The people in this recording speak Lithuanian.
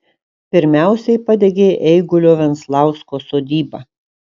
pirmiausiai padegė eigulio venslausko sodybą